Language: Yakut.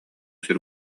сир